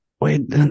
Wait